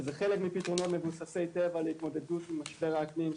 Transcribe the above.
שזה חלק מפתרונות מבוססי טבע להתמודדות עם משבר האקלים,